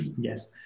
Yes